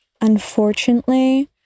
Unfortunately